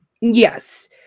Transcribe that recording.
Yes